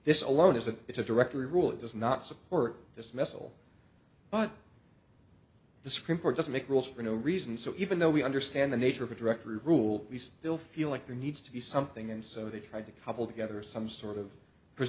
this alone isn't it's a directory rule it does not support dismissal but the supreme court doesn't make rules for no reason so even though we understand the nature of a direct rule we still feel like there needs to be something and so they try to cobble together some sort of